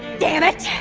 dammit!